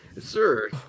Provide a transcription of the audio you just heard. sir